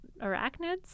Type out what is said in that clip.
arachnids